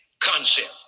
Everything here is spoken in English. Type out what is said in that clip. concept